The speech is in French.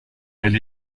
elle